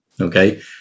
Okay